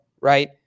right